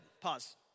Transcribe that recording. Pause